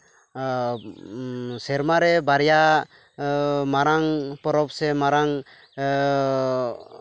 ᱥᱮᱨᱢᱟ ᱨᱮ ᱵᱟᱨᱭᱟ ᱢᱟᱨᱟᱝ ᱯᱚᱨᱚᱵᱽ ᱥᱮ ᱢᱟᱨᱟᱝ